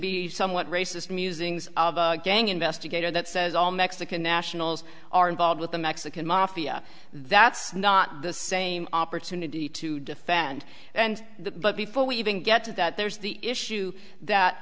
be somewhat racist musings of a gang investigator that says all mexican nationals are involved with the mexican mafia that's not the same opportunity to defend and the but before we even get to that there's the issue that